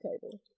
table